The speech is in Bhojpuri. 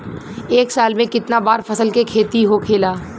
एक साल में कितना बार फसल के खेती होखेला?